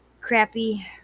crappy